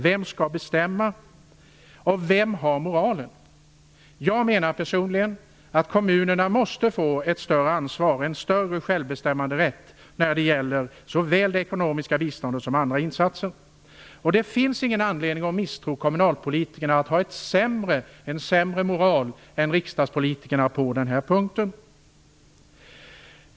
Vem skall bestämma, och vem har moralen? Jag menar personligen att kommunerna måste få ett större ansvar, en större självbestämmanderätt när det gäller såväl det ekonomiska biståndet som andra insatser. Det finns ingen anledning att tro att kommunalpolitikerna har en sämre moral än riksdagspolitikerna på den här punkten.